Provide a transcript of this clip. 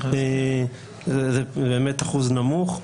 זה באמת אחוז נמוך.